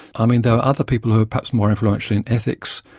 i mean, there were other people who were perhaps more influential in ethics,